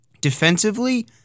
defensively